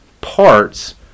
parts